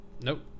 Nope